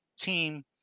team